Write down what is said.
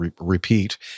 repeat